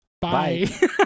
Bye